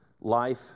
life